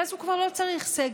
ואז הוא כבר לא צריך סגר,